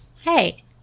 Hey